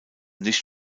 nicht